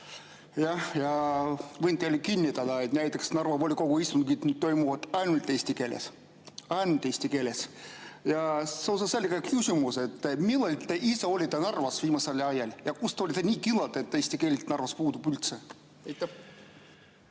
Võin teile kinnitada, et näiteks Narva volikogu istungid toimuvad nüüd ainult eesti keeles, ainult eesti keeles! Ja seoses sellega on küsimus, et millal te ise olite Narvas viimasel ajal ja kuidas te olete nii kindel, et eesti keel Narvas puudub üldse. Aitäh!